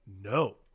no